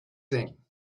thing